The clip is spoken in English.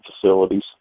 facilities